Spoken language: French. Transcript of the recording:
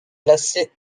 placées